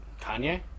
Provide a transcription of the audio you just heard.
Kanye